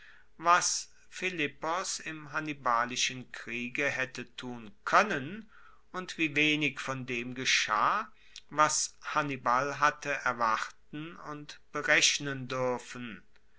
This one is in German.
was philippos im hannibalischen kriege haette tun koennen und wie wenig von dem geschah was hannibal hatte erwarten und berechnen duerfen